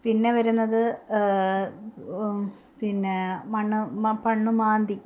പിന്നെ വരുന്നത് പിന്നെ മണ്ണ് പണ് മാന്തി